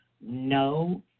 no